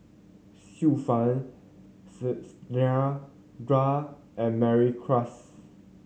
Xiu Fang and Mary Klass